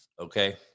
okay